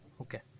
Okay